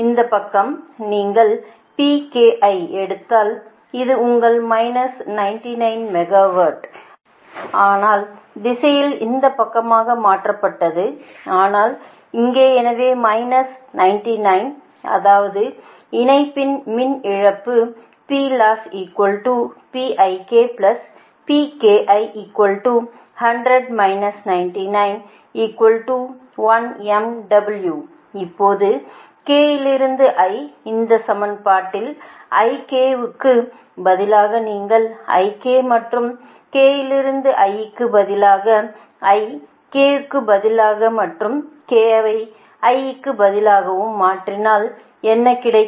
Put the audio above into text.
இந்தப் பக்கம் நீங்கள் எடுத்தாள் இது உங்கள் மைனஸ் 99 மெகாவாட் ஆனால் திசை இந்தப் பக்கமாக மாற்றப்பட்டது ஆனால் இங்கே எனவே மைனஸ் 99 அதாவது இணைப்பின் மின் இழப்பு இப்போது k லிருந்து i இந்த 2 சமன்பாட்டில் ik க்கு பதிலாக நீங்கள் ik மற்றும் k லிருந்து i க்கு பதிலாக i ஐ k க்கு பதிலாக மற்றும் k ஐ i க்கு பதிலாகவும் மாற்றினால் என்ன கிடைக்கும்